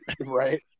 Right